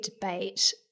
debate